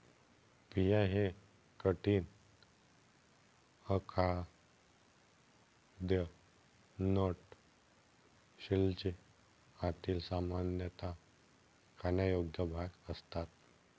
बिया हे कठीण, अखाद्य नट शेलचे आतील, सामान्यतः खाण्यायोग्य भाग असतात